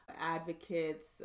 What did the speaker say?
advocates